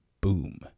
boom